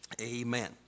Amen